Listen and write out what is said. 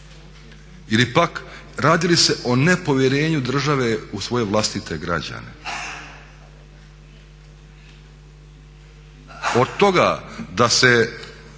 Ili pak, radi li se o nepovjerenju države u svoje vlastite građane? Od toga da se